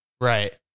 Right